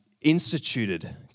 instituted